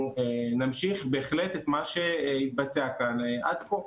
נמשיך בהחלט את מה שהתבצע כאן עד כה.